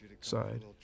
side